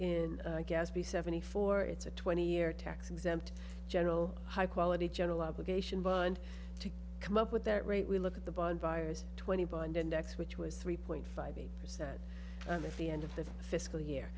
in gaspe seventy four it's a twenty year tax exempt general high quality general obligation bond to come up with that rate we look at the bond buyers twenty bond index which was three point five percent of the end of the fiscal year